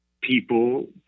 people